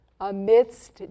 amidst